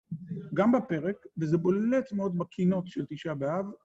גם בפרק, וזה בולט מאוד בקינות של תשעה באב,